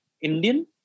Indian